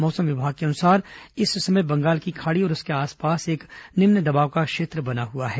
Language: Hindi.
मौसम विभाग के अनुसार इस समय बंगाल की खाड़ी और उसके आसपास एक निम्न दबाव का क्षेत्र बना हुआ है